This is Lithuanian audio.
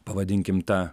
pavadinkim tą